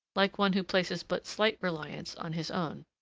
like one who places but slight reliance on his own.